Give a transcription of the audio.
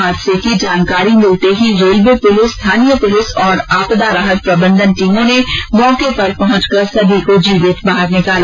हादसे की जानकारी मिलते ही रेलवे पुलिस स्थानीय पुलिस और आपदा राहत प्रबंधन की टीमों ने मौके पर पहुंच कर सभी को जीवित बाहर निकाला